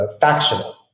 factional